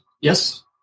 Yes